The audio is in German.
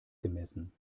gemessen